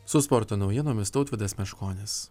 su sporto naujienomis tautvydas meškonis